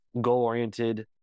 goal-oriented